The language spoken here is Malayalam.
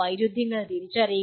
വൈരുദ്ധ്യങ്ങൾ തിരിച്ചറിക